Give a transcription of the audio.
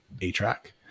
A-track